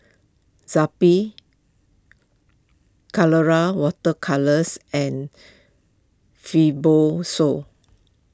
Zappy Colora Water Colours and Fibrosol